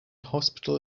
hospital